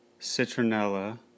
citronella